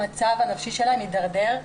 המצב הנפשי שלהן הדרדר.